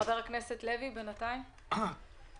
חבר הכנסת לוי, בבקשה.